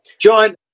John